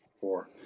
four